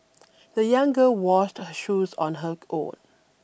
the young girl washed her shoes on her own